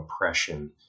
oppression